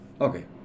Okay